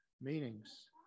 meanings